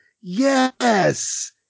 yes